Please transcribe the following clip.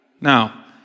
Now